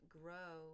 grow